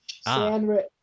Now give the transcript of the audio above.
Sandwich